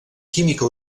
química